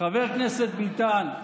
חבר הכנסת ביטן,